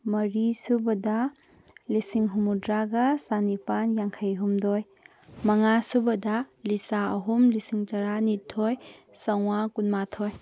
ꯃꯔꯤꯁꯨꯕꯗ ꯂꯤꯁꯤꯡ ꯍꯨꯝꯐꯨꯗ꯭ꯔꯥꯒ ꯆꯥꯅꯤꯄꯥꯟ ꯌꯥꯡꯈꯩꯍꯨꯝꯗꯣꯏ ꯃꯉꯥꯁꯨꯕꯗ ꯂꯤꯆꯥ ꯑꯍꯨꯝ ꯂꯤꯁꯤꯡ ꯇꯔꯥꯅꯤꯊꯣꯏ ꯆꯥꯝꯃꯉꯥ ꯀꯨꯟꯃꯥꯊꯣꯏ